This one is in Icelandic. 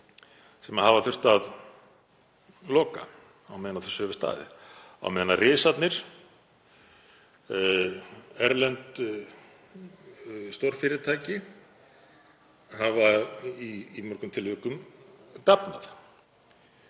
sem hafa þurft að loka á meðan á þessu hefur staðið á meðan risarnir, erlend stórfyrirtæki, hafa í mörgum tilvikum dafnað.